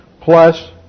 plus